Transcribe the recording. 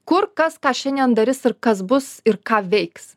kur kas ką šiandien darys ir kas bus ir ką veiks